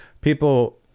People